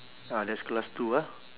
ah that's class two ah